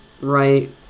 right